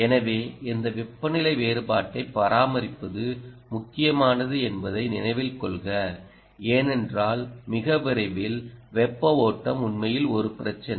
எனவே இந்த வெப்பநிலை வேறுபாட்டைப் பராமரிப்பது முக்கியமானது என்பதை நினைவில் கொள்க ஏனென்றால் மிக விரைவில் வெப்ப ஓட்டம் உண்மையில் ஒரு பிரச்சினை